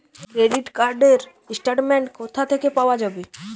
Credit card র statement কোথা থেকে পাওয়া যাবে?